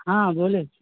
हँ बोले